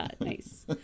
Nice